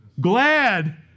Glad